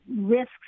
risks